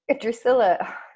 Drusilla